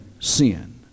sin